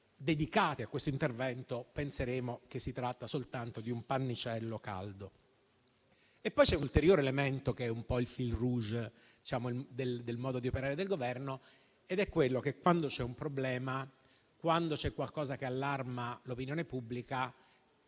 dedicate a questo intervento, penseremo che si tratta soltanto di un pannicello caldo. C'è poi un ulteriore elemento che è un po' il *fil rouge* del modo di operare del Governo ed è quello che quando c'è un problema, quando c'è qualcosa che allarma l'opinione pubblica,